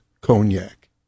cognac